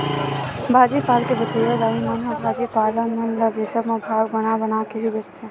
भाजी पाल के बेंचइया दाई मन ह भाजी पाला मन ल बेंचब म भाग बना बना के ही बेंचथे